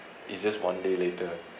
it's just one day later